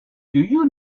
you